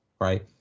right